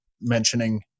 mentioning